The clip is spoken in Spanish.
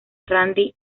randy